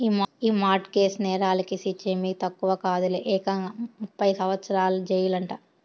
ఈ mortgage నేరాలకి శిచ్చేమీ తక్కువ కాదులే, ఏకంగా ముప్పై సంవత్సరాల జెయిలంట